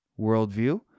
worldview